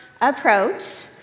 approach